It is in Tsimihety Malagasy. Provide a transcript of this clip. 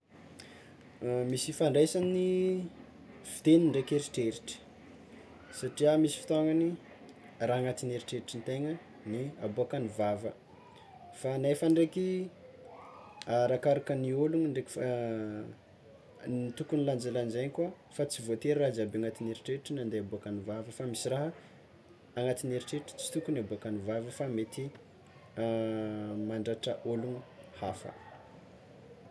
Misy ifandraisany ny fiteny ndraiky eritreritra, satria misy fotoanany igny raha agnatin'ny eritreritritegna ny aboakan'ny vava, fa nefany ndraiky arakaraka ny ologno ndraiky fa ny tokony lanjalanjainy koa fa tsy voatery raha jiaby agnatin'ny eritreritra ny ande aboakan'ny vava fa misy raha agnatin'ny eritreritra tsy tokony aboakan'ny vava fa mety mandratra ologno hafa.